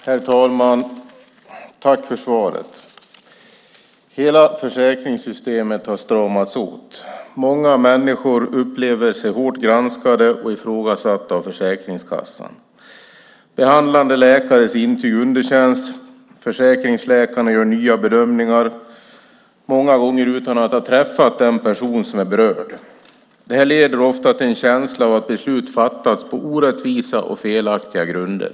Herr talman! Jag tackar för svaret, justitieministern. Hela försäkringssystemet har stramats åt. Många människor upplever sig vara hårt granskade och ifrågasatta av Försäkringskassan. Behandlande läkares intyg underkänns, och försäkringsläkarna gör nya bedömningar, många gånger utan att ha träffat den person som är berörd. Detta leder ofta till en känsla av att beslut har fattats på orättvisa och felaktiga grunder.